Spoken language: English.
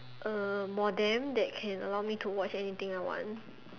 a modem that can allow me to watch anything I want